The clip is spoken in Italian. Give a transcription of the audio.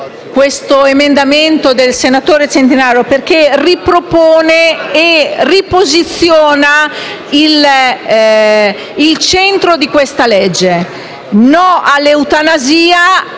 questo emendamento del senatore Centinaio perché esso ripropone e riposiziona il centro di questa legge: no alla eutanasia